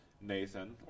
Nathan